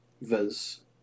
viz